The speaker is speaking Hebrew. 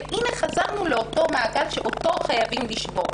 והנה חזרנו לאותו מעגל שאותו חייבים לשבור.